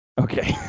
Okay